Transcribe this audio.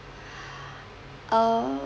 uh